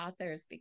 authors